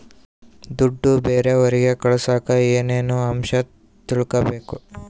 ದುಡ್ಡು ಬೇರೆಯವರಿಗೆ ಕಳಸಾಕ ಏನೇನು ಅಂಶ ತಿಳಕಬೇಕು?